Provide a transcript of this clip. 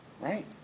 right